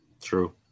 True